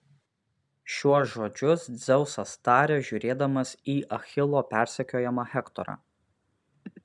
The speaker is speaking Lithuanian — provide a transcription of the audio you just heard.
šiuos žodžius dzeusas taria žiūrėdamas į achilo persekiojamą hektorą